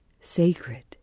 sacred